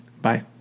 Bye